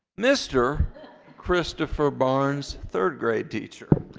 mister christopher barnes, third grade teacher.